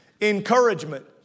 Encouragement